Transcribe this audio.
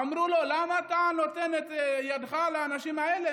אמרו לו: למה אתה נותן יד לאנשים האלה,